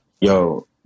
Yo